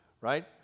Right